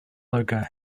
logo